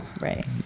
Right